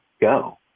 go